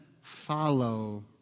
follow